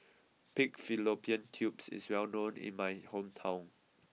Pig Fallopian Tubes is well known in my hometown